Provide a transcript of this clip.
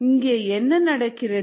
இங்கே என்ன நடக்கிறது